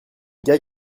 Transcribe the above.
gars